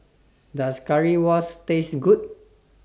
Does Currywurst Taste Good